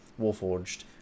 warforged